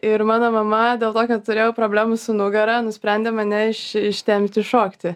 ir mano mama dėl to kad turėjau problemų su nugara nusprendė mane iš ištempti šokti